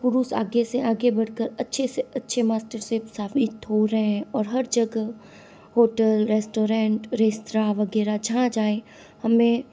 पुरुष आगे से आगे बढ़कर अच्छे से अच्छे मास्टर सेफ साबित हो रहे हैं और हर जगह होटल रेस्टोरेंट रेस्तरां वगैरह जहाँ जाए हमें